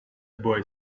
boy